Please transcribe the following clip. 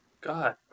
God